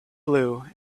blue